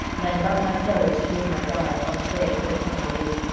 nane but my foe to be my guide, on fair kirkconnell lea.